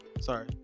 Sorry